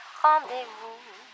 rendezvous